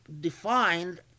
defined